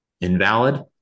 Invalid